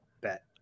bet